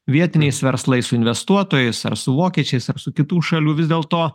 vietiniais verslais su investuotojais ar su vokiečiais ar su kitų šalių vis dėl to